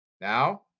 Now